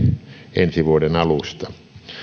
ensi vuoden alusta